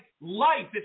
life